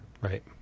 Right